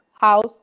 house